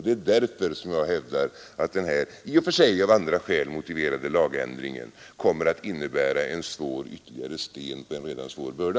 Det är därför som jag hävdar att den här i och för sig av andra skäl motiverade lagändringen kommer att innebära ytterligare en tung sten på en redan svår börda.